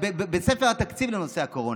בספר התקציב לנושא הקורונה.